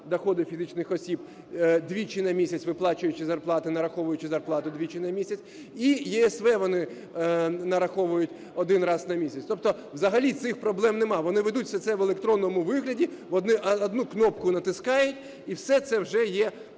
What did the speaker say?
доходи фізичних осіб, двічі на місяць виплачуючи зарплати, нараховуючи зарплати двічі на місяць. І ЄСВ вони нараховують один раз на місяць. Тобто взагалі цих проблем нема. Вони ведуть все це в електронному вигляді. Одну кнопку натискай – і все це вже є в податковій.